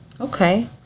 Okay